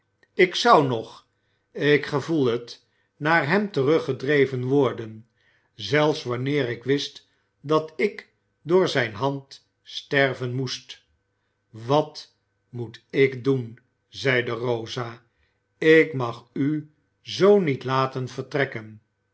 ik zou nog ik gevoel het naar hem heengedreven worden zelfs wanneer ik wist dat ik door zijn hand sterven moest wat moet ik doen zeide rosa ik mag u zoo niet laten vertrekken